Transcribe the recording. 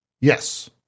Yes